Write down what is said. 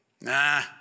nah